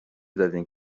دادین